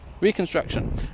reconstruction